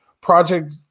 project